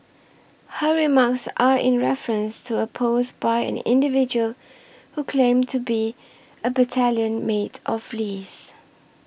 her remarks are in reference to a post by an individual who claimed to be a battalion mate of Lee's